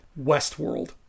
Westworld